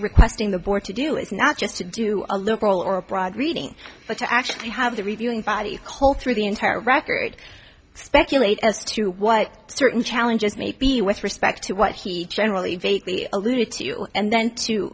requesting the board to do its not just to do a liberal or a broad reading but to actually have the reviewing body cull through the entire record speculate as to what certain challenges maybe with respect to what he generally alluded to you and then to